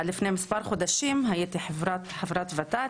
עד לפני מספר חודשים הייתי חברת ות"ת,